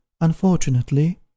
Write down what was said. unfortunately